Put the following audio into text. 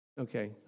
Okay